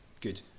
good